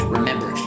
Remember